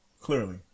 Clearly